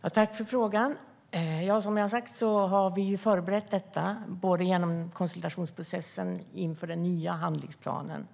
Fru talman! Tack för frågan, Karin Enström! Som jag sa har vi förberett detta genom konsultationsprocessen inför den nya handlingsplanen.